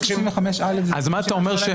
אז מה אתה אומר.